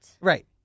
Right